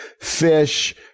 fish